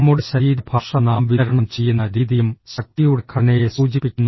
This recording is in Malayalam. നമ്മുടെ ശരീരഭാഷ നാം വിതരണം ചെയ്യുന്ന രീതിയും ശക്തിയുടെ ഘടനയെ സൂചിപ്പിക്കുന്നു